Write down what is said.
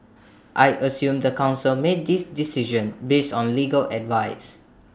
I assume the Council made this decision based on legal advice